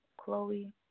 Chloe